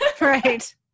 Right